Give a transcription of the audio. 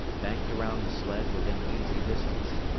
banked around the sled within easy distance.